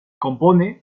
compone